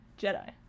Jedi